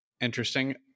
interesting